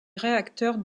réacteurs